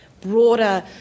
broader